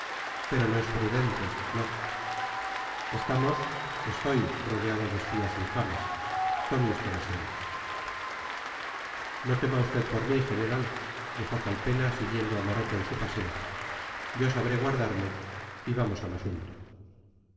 pero no es prudente no estamos estoy rodeado de espías infames tome usted asiento no tema usted por mí general dijo calpena siguiendo a maroto en su paseo yo sabré guardarme y vamos al asunto